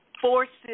forces